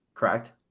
Correct